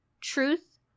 truth